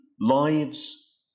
lives